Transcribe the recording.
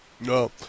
No